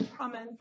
Amen